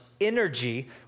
energy